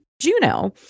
Juno